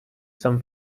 some